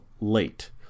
late